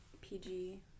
PG